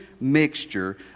mixture